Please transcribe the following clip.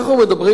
אנחנו מדברים,